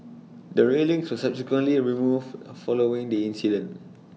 the railings were subsequently removed following the accident